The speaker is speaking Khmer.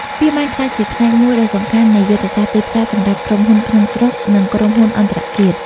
វាបានក្លាយជាផ្នែកមួយដ៏សំខាន់នៃយុទ្ធសាស្ត្រទីផ្សារសម្រាប់ក្រុមហ៊ុនក្នុងស្រុក និងក្រុមហ៊ុនអន្តរជាតិ។